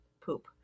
poop